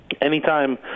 Anytime